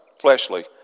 fleshly